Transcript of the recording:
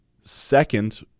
second